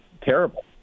terrible